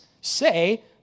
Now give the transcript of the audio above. Say